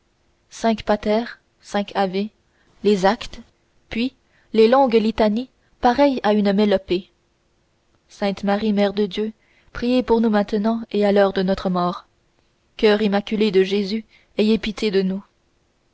cinq pater cinq ave les actes puis les longues litanies pareilles à une mélopée sainte marie mère de dieu priez pour nous maintenant et à l'heure de notre mort coeur immaculé de jésus ayez pitié de nous